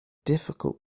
difficult